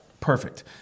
perfect